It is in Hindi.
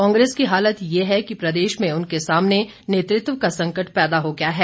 कांग्रेस की हालत ये है कि प्रदेश में उसके सामने नेतृत्व का संकट पैदा हो गया है